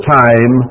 time